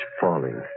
falling